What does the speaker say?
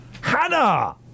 Hannah